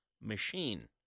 machine